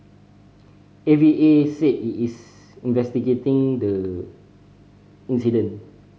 A V A said it is investigating the incident